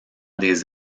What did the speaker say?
des